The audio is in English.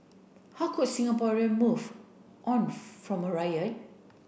how could Singaporean move on from a riot